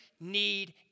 need